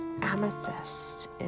amethyst